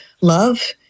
love